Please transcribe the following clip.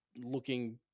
looking